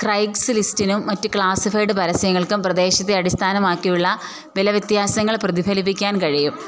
Craig's ലിസ്റ്റിനും മറ്റ് classified പരസ്യങ്ങൾക്കും പ്രദേശത്തെ അടിസ്ഥാനമാക്കിയുള്ള വിലവ്യത്യാസങ്ങൾ പ്രതിഫലിപ്പിക്കാൻ കഴിയും